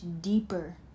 deeper